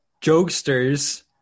jokesters